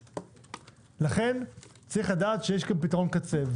לכן צריך לדעת שיש פתרון קצה.